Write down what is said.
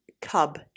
Cub